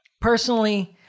personally